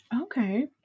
okay